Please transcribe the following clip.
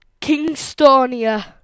Kingstonia